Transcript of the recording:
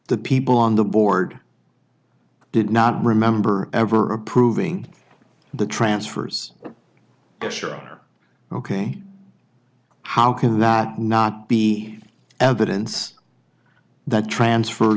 the people on the board did not remember ever approving the transfers are ok how can you not be evidence that transfers